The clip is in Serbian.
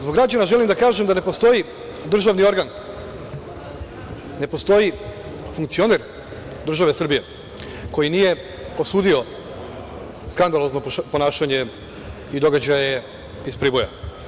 Zbog građana želim da kažem da ne postoji državni organ, ne postoji funkcioner države Srbije koji nije osudio skandalozno ponašanje i događaje iz Priboja.